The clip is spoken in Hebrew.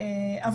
נכון.